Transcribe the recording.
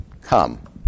Come